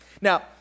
Now